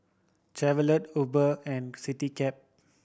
Chevrolet Uber and Citycab